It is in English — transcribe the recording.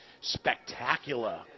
spectacular